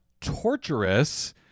torturous